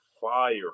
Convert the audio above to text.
fire